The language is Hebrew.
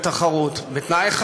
חבר הכנסת יואל חסון, תודה.